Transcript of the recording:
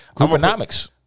economics